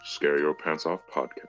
ScareYourPantsOffPodcast